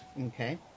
Okay